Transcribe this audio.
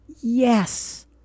Yes